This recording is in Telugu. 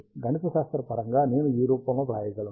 గణితశాస్త్రపరంగా నేను ఈ రూపంలో వ్రాయగలను